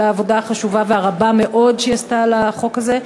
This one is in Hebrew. על העבודה החשובה והרבה מאוד שהיא עשתה בחוק הזה,